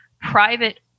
private